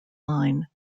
line